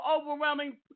overwhelming